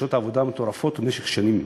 לשעות העבודה המטורפות במשך שנים.